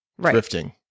drifting